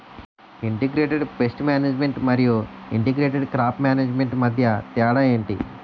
integrated pest management మరియు integrated crop management మధ్య తేడా ఏంటి